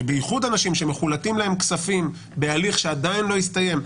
ובייחוד אנשים שמחולטים להם כספים בהליך שעדיין לא הסתיים,